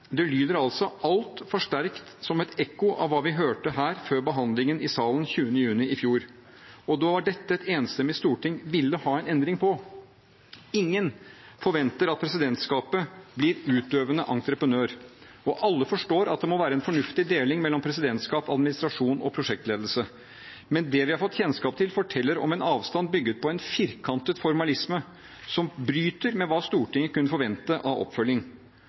Det lyder altså altfor sterkt som et ekko av hva vi hørte her før behandlingen i salen 20. juni i fjor. Og det var dette et enstemmig storting ville ha en endring på. Ingen forventer at presidentskapet blir utøvende entreprenør. Alle forstår at det må være en fornuftig deling mellom presidentskap, administrasjon og prosjektledelse. Men det vi har fått kjennskap til, forteller om en avstand bygget på en firkantet formalisme som bryter med hva Stortinget kunne forvente av oppfølging.